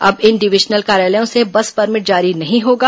अब इन डिवीजनल कार्यालयों से बस परमिट जारी नहीं होगा